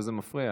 וזה מפריע.